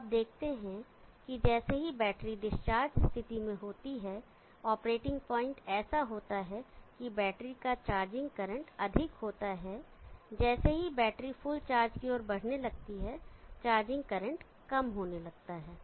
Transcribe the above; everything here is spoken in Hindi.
तो आप देखते हैं कि जैसे ही बैटरी डिस्चार्ज स्थिति में होती है ऑपरेटिंग पॉइंट ऐसा होता है कि बैटरी का चार्जिंग करंट अधिक होता है जैसे ही बैटरी फुल चार्ज की ओर बढ़ने लगती है चार्जिंग करंट कम होने लगता है